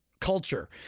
culture